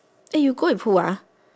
eh you go with who ah